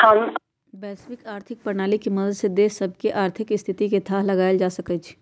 वैश्विक आर्थिक प्रणाली के मदद से देश सभके आर्थिक स्थिति के थाह लगाएल जा सकइ छै